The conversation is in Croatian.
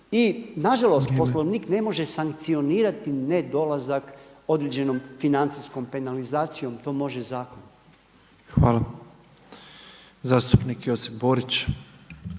Vrijeme./… … Poslovnik ne može sankcionirati nedolazak određenom financijskom penalizacijom. To može zakon. Hvala. **Petrov, Božo